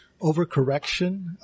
overcorrection